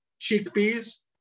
Chickpeas